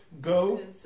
Go